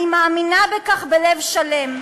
אני מאמינה בכך בלב שלם.